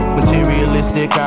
materialistic